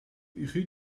rue